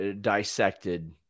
dissected